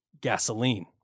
gasoline